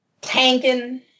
tanking